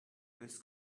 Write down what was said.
this